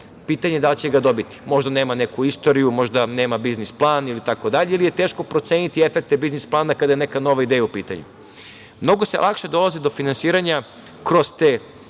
pitanje je da li će ga dobiti, možda nema neku istoriju, možda nema biznis plan ili je teško proceniti efekte biznis plana kada je neka nova ideja u pitanju. Mnogo se lakše dolazi do finansiranja kroz te